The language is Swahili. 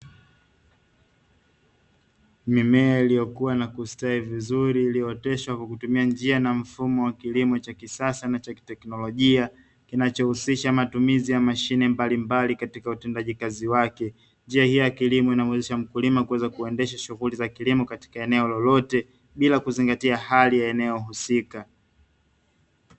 Mimea iliyokua na kustawi vizuri, iliyooteshwa kwa kutumia njia na mfumo wa kilimo cha kisasa na cha kiteknolojia; kinachohusisha matumizi ya mashine mbalimbali katika utendaji wake. Njia hii ya kilimo inamuwezesha mkulima kuweza kuendesha shughuli za kilimo katika eneo lolote, bila kuzingatia hali ya eneo husika.